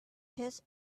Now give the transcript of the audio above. his